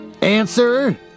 Answer